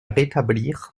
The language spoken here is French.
rétablir